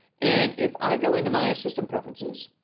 and if i go into my system preferences,